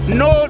no